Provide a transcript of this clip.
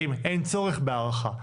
האם אין צורך בהארכה.